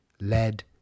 Lead